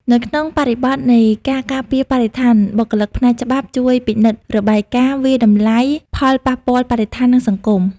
នៅក្នុងបរិបទនៃការការពារបរិស្ថាន បុគ្គលិកផ្នែកច្បាប់ជួយពិនិត្យរបាយការណ៍វាយតម្លៃផលប៉ះពាល់បរិស្ថាន និងសង្គម។